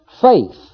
faith